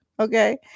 Okay